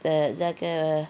的那个